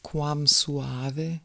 kuom su avi